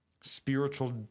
spiritual